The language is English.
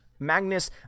Magnus